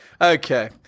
Okay